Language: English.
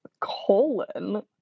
Colon